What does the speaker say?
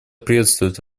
приветствует